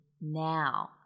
now